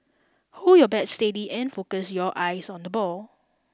hold your bat steady and focus your eyes on the ball